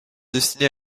destiné